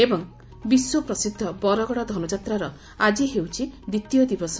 ଏବଂ ବିଶ୍ୱପ୍ରସିଦ୍ଧ ବରଗଡ଼ ଧନୁଯାତ୍ରାର ଆଜି ହେଉଛି ଦ୍ୱିତୀୟ ଦିବସ